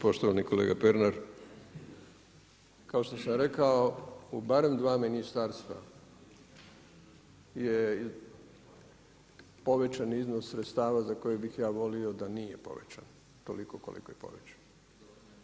Poštovani kolega Pernar, kao što sam rekao u barem dva ministarstva je povećan iznos sredstava za koji bih ja volio da nije povećan toliko koliko je povećan.